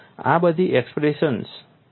આ બધી એક્સપ્રેશન્સ તમારી નોંધોમાં છે